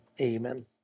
amen